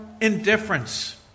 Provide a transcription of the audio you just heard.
indifference